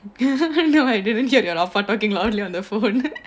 I didn't hear your ah pa talking loudly on the phone